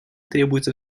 требуется